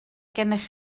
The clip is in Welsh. gennych